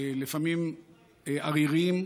לפעמים עריריים,